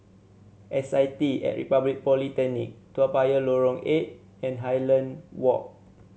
S I T at Republic Polytechnic Toa Payoh Lorong Eight and Highland Walk